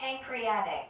pancreatic